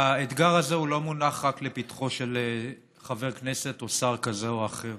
האתגר הזה לא מונח רק לפתחו של חבר כנסת או שר כזה או אחר,